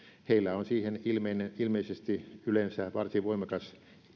on siihen ilmeisesti yleensä varsin voimakas